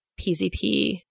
PZP